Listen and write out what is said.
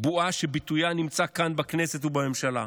בועה שביטויה נמצא כאן, בכנסת ובממשלה,